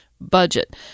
budget